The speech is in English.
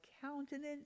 countenance